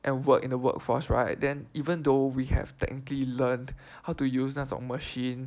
and work in the workforce right then even though we have technically learned how to use 那种 machine